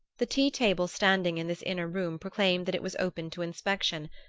the tea-table standing in this inner room proclaimed that it was open to inspection,